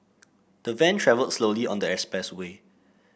the van travelled slowly on the express way